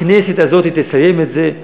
הכנסת הזאת תסיים את זה,